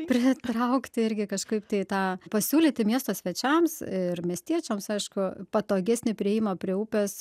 pritraukti irgi kažkaip tai tą pasiūlyti miesto svečiams ir miestiečiams aišku patogesnį priėjimą prie upės